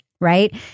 Right